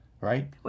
right